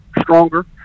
stronger